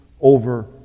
over